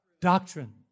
Doctrine